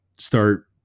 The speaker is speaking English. start